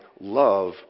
love